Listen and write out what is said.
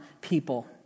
people